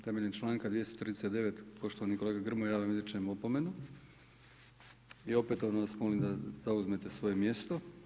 Temeljem članka 239. poštovani kolega Grmoja ja vam izričem opomenu i opetovano vas molim da zauzmete svoje mjesto.